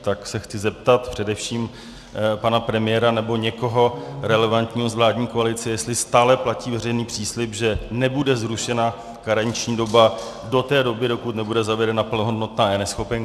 Tak se chci zeptat především pana premiéra nebo někoho relevantního z vládní koalice, jestli stále platí veřejný příslib, že nebude zrušena karenční doba do té doby, dokud nebude zavedena plnohodnotná eNeschopenka.